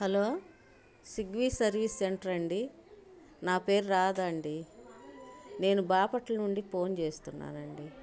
hello Swiggy service centre అండీ నా పేరు రాధ అండీ నేను బాపట్ల నుండి ఫోన్ చేస్తున్నానండి